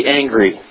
angry